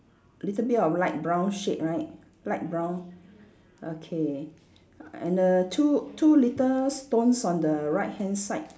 little bit of light brown shade right light brown okay and the two two little stones on the right hand side